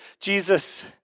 Jesus